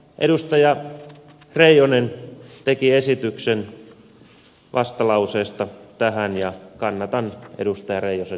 edustaja reijonen teki esityksen vastalauseesta tähän ja kannatan edustaja reijosen esitystä